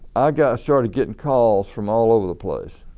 ah yeah started getting calls from all over the place.